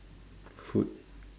food